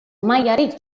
mailarik